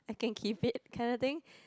I can keep it kinda thing